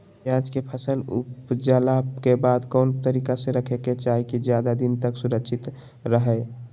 प्याज के फसल ऊपजला के बाद कौन तरीका से रखे के चाही की ज्यादा दिन तक सुरक्षित रहय?